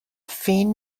فین